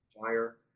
fire